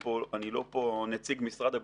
פה אני לא פה נציג משרד הביטחון,